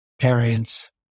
parents